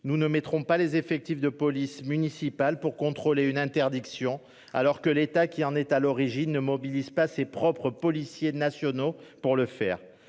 Nous ne mettrons pas les effectifs de police municipale pour contrôler une interdiction alors que l'État qui en est à l'origine ne mobilise pas ses propres policiers nationaux pour le faire.